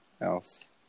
else